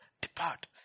Depart